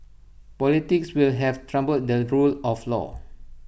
politics will have trumped the rule of law